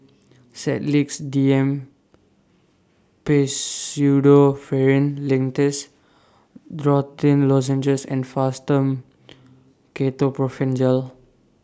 Sedilix D M Pseudoephrine Linctus Dorithricin Lozenges and Fastum Ketoprofen Gel